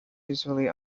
usually